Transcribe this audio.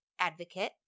advocate